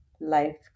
Life